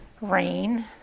RAIN